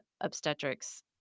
obstetrics